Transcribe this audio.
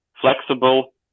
flexible